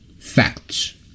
Facts